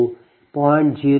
19820